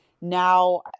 now